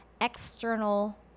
external